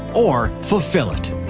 or fulfill it?